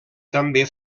també